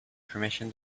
permission